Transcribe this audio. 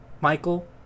Michael